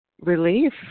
relief